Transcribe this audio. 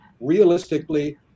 realistically